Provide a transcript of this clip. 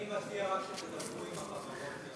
אני מציע רק שתדברו עם החברות,